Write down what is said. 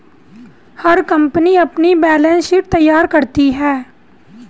हर company अपनी balance sheet तैयार करती है